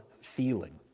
feeling